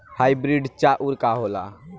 Hybrid चाउर का होला?